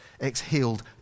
exhaled